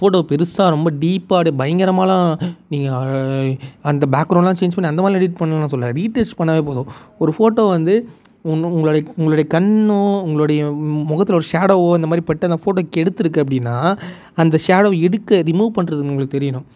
ஃபோட்டோவை பெருசா ரொம்ப டீப்பாக அப்படியே பயங்கரமாகலாம் நீங்கள் அந்த ஃபேக்ரவுண்ட்லாம் சேஞ்ச் பண்ணி அந்த மாதிரி எடிட் பண்ணணும்னு நான் சொல்லலை ரீ டச் பண்ணாலே போதும் ஒரு ஃபோட்டோ வந்து உன் உங்களுடைய உங்களுடைய கண்ணும் உங்களுடைய முகத்துல ஒரு ஃஷேடோவோ இந்த மாதிரி பட்டு அந்த ஃபோட்டோ கெடுத்திருக்கு அப்படின்னா அந்த ஷேடோவை எடுக்க ரிமூவ் பண்ணுறதுக்கு உங்களுக்கு தெரியணும்